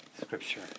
Scripture